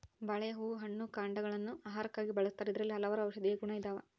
ಬಾಳೆಯ ಹೂ ಹಣ್ಣು ಕಾಂಡಗ ಳನ್ನು ಆಹಾರಕ್ಕಾಗಿ ಬಳಸ್ತಾರ ಇದರಲ್ಲಿ ಹಲವಾರು ಔಷದಿಯ ಗುಣ ಇದಾವ